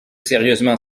sérieusement